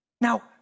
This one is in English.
Now